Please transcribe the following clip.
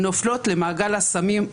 נופלות למעגל הסמים,